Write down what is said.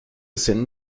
senden